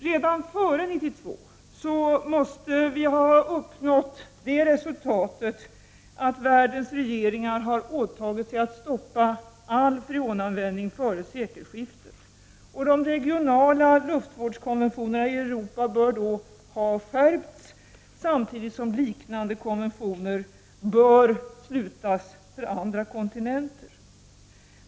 Redan före 1992 måste vi ha uppnått det resultatet att världens regeringar har åtagit sig att stoppa all freonanvändning före sekelskif tet, och de regionala luftvårdskonventionerna i Europa bör då ha skärpts, samtidigt som liknande konventioner bör slutas för andra kontinenter.